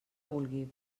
vulgui